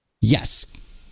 Yes